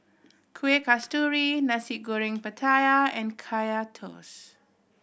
Kueh Kasturi Nasi Goreng Pattaya and Kaya Toast